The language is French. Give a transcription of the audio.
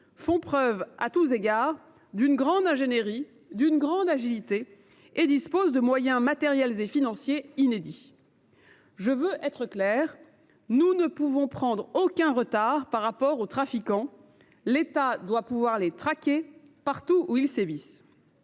font preuve à tous égards d’une grande ingénierie, d’une grande agilité, et disposent de moyens matériels et financiers inédits. Je veux être claire, nous ne pouvons prendre aucun retard par rapport aux trafiquants. L’État doit pouvoir les traquer partout où ils sévissent.